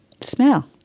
smell